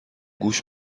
گوش